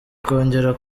kongera